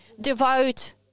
devote